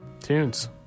tunes